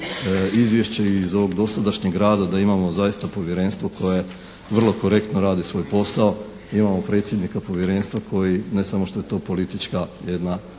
izvješća, iz ovog dosadašnjeg rada da imamo zaista povjerenstvo koje vrlo korektno radi svoj posao. Imamo predsjednika Povjerenstva koji ne samo što je to politička jedna